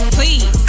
Please